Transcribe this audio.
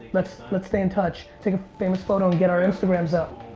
let's let's stay in touch, take a famous photo and get our instagram's up.